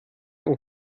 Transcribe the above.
und